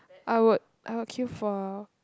I would I would queue for